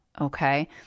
okay